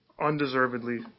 undeservedly